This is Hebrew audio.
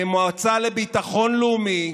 במועצה לביטחון לאומי,